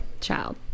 child